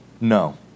no